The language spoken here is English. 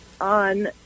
on